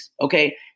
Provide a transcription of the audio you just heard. Okay